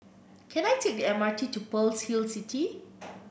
can I take the M R T to Pearl's Hill City